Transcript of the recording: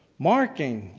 marking,